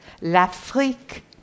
l'afrique